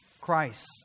Christ